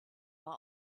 war